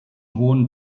hohem